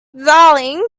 darling